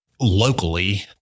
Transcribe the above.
locally